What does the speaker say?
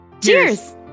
Cheers